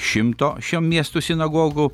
šimto šio miestų sinagogų